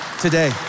Today